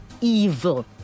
evil